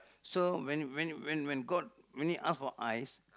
so when when when when god when he ask for eyes